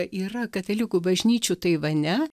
yra katalikų bažnyčių taivane